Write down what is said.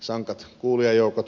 sankat kuulijajoukot